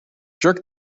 jerk